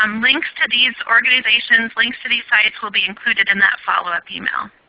um links to these organizations, links to these sites will be included in that follow up email.